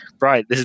right